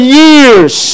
years